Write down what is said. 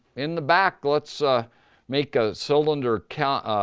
in the back let's ah make a cylinder counter.